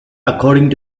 according